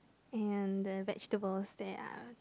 and the vegetables there are